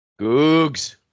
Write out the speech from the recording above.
Googs